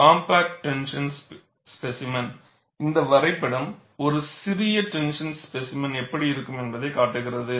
compact tension specimen Compact tension specimen இந்த வரைப்படம் ஒரு சிறிய டென்ஷன் ஸ்பேசிமென் specimen எப்படி இருக்கும் என்பதைக் காட்டுகிறது